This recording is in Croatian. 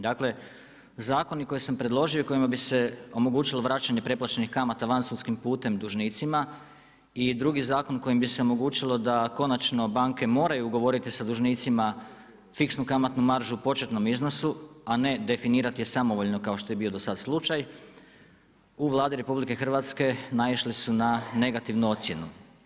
Dakle, zakoni koje sam predložio i kojima bi se omogućilo vraćalo preplaćenih kamata van sudskim putem dužnicima i drugim zakon kojim bi se omogućilo da konačno banke moraju ugovoriti sa dužnicima fiksnu kamatnu maržu u početnom iznosu, a ne definirati ju samovoljno, kao što je bio do sada slučaj u Vladi RH naišli su na negativnu ocjenu.